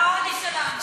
זה העוני שלנו.